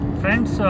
friends